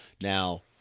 Now